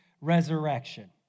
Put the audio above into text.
resurrection